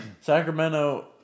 Sacramento